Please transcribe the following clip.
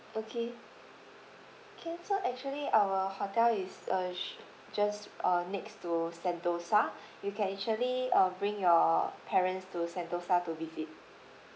okay can so actually our hotel is uh just uh next to sentosa you can actually uh bring your parents to sentosa to visit